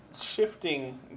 shifting